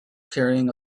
carrying